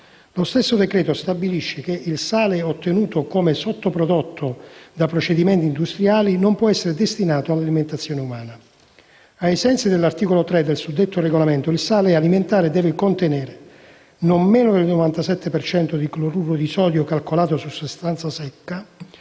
Lo stesso decreto stabilisce che il sale ottenuto come sottoprodotto da procedimenti industriali non può essere destinato all'alimentazione umana. Ai sensi dell'articolo 3 del suddetto regolamento il sale alimentare deve contenere: non meno del 97 per cento di cloruro di sodio calcolato su sostanza secca;